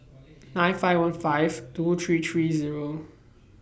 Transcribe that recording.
nine five one five two three three Zero